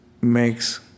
makes